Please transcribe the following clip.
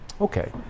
Okay